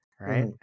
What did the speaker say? right